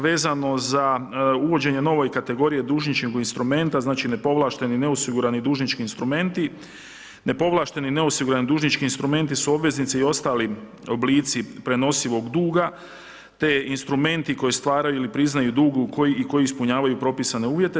Vezano za uvođenje nove kategorije dužničkog u instrumenta, znači ne povlaštene i neosigurani dužnički instrumenti, nepovlašteni i neosigurani dužnički instrumenti su obveznici i ostali oblici prenosivog duga, te instrumenti koji stvaraju ili priznaju dug i koji ispunjavaju propisane uvjete.